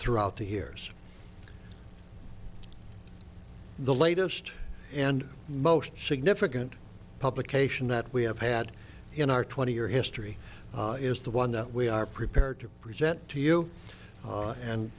throughout the years the latest and most significant publication that we have had in our twenty year history is the one that we are prepared to present to you